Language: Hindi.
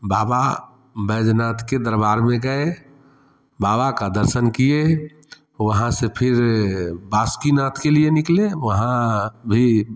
बाबा वैद्यनाथ के दरबार में गए बाबा का दर्शन किए वहाँ से फिर बासुकीनाथ के लिए निकले वहाँ भी